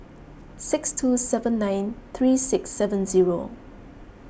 six two seven nine three six seven zero